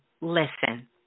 Listen